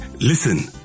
Listen